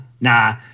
Nah